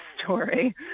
story